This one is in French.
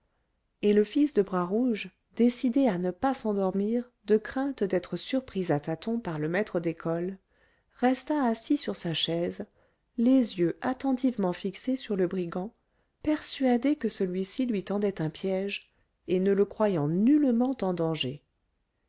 et le fils de bras rouge décidé à ne pas s'endormir de crainte d'être surpris à tâtons par le maître d'école resta assis sur sa chaise les yeux attentivement fixés sur le brigand persuadé que celui-ci lui tendait un piège et ne le croyant nullement en danger